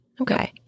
Okay